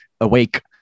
Awake